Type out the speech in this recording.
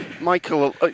Michael